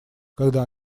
когда